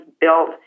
built